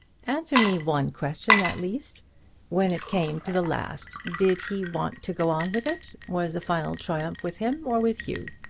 answer me one question at least when it came to the last, did he want to go on with it? was the final triumph with him or with you?